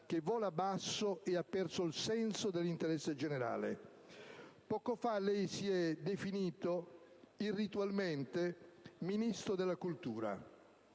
che vola basso e ha perso il senso dell'interesse generale. Poco fa lei si è definito irritualmente Ministro della cultura.